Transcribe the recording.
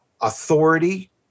authority